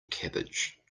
cabbage